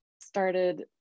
started